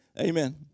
Amen